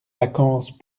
vacances